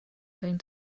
going